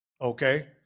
okay